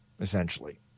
essentially